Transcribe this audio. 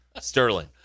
Sterling